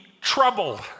troubled